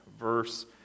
verse